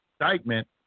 indictment